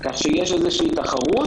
כך שיש איזו תחרות.